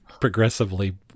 progressively